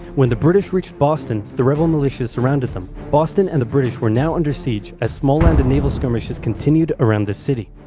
when the british reached boston, the rebel militias surrounded them. boston and the british were now under siege, as small landed naval skirmishes continued around the city.